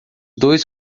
dois